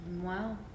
Wow